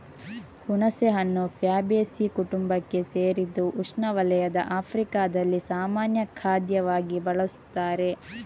ಹುಣಸೆಹಣ್ಣು ಫ್ಯಾಬೇಸೀ ಕುಟುಂಬಕ್ಕೆ ಸೇರಿದ್ದು ಉಷ್ಣವಲಯದ ಆಫ್ರಿಕಾದಲ್ಲಿ ಸಾಮಾನ್ಯ ಖಾದ್ಯವಾಗಿ ಬಳಸುತ್ತಾರೆ